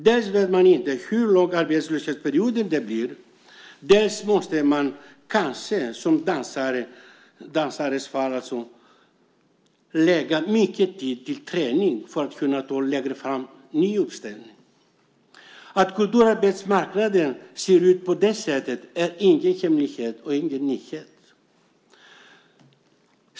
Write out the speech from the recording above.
Dels vet man inte hur lång arbetslöshetsperiod det blir, dels måste man kanske som i dansarens fall lägga mycket tid på träning för att längre fram kunna ta en ny anställning. Att kulturarbetsmarknaden ser ut på det sättet är ingen hemlighet och ingen nyhet.